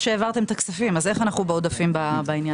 שהעברתם את הכספים אז איך אנו בעודפים בעניין?